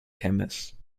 chemists